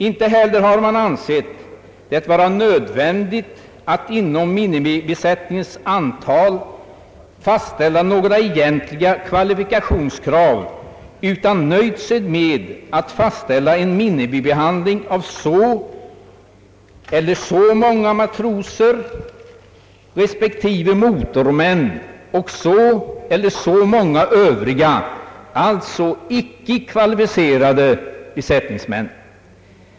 Inte heller har man ansett det vara nödvändigt att inom minimibesättningens antal fastställa några egentliga kvalifikationskrav, utan man har nöjt sig med att fastställa en minimibemanning med så eller så många matroser respektive motormän och så eller så många Övriga, alltså icke kvalificerade besättningsmän.